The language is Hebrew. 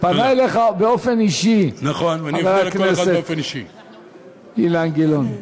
פנה אליך באופן אישי חבר הכנסת אילן גילאון.